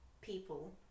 people